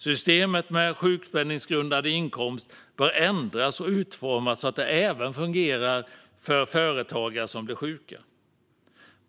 Systemet med sjukpenninggrundande inkomst bör ändras och utformas så att det även fungerar för företagare som blir sjuka.